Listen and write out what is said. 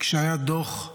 כשהיה דו"ח,